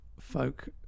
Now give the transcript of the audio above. folk